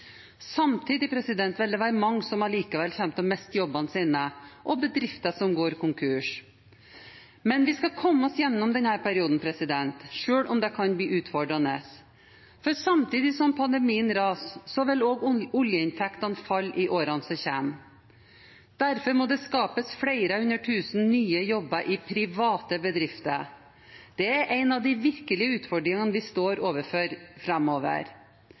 Samtidig vil det være mange som allikevel kommer til å miste jobben sin, og bedrifter som går konkurs. Men vi skal komme oss gjennom denne perioden, selv om det kan bli utfordrende. For samtidig som pandemien raser, vil også oljeinntektene falle i årene som kommer. Derfor må det skapes flere hundre tusen nye jobber i private bedrifter. Det er en av de virkelige utfordringene vi står overfor